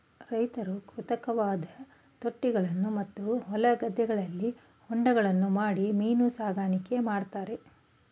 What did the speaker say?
ರೈತ್ರು ಕೃತಕವಾದ ತೊಟ್ಟಿಗಳನ್ನು ಮತ್ತು ಹೊಲ ಗದ್ದೆಗಳಲ್ಲಿ ಹೊಂಡಗಳನ್ನು ಮಾಡಿ ಮೀನು ಸಾಕಣೆ ಮಾಡ್ತರೆ